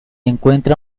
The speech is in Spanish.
encuentra